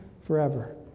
forever